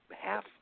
half